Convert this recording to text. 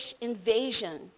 invasion